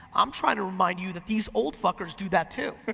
i'm trying to remind you that these old fuckers do that too.